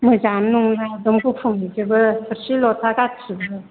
मोजाङानो नङा एकदम गुफुंहैजोबो थोरसि लथा गासैबो